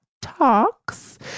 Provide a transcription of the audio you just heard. talks